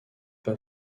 pas